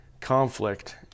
conflict